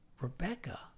Rebecca